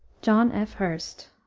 john f. hurst,